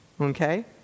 okay